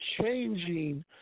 changing